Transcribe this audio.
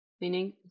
meaning